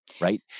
Right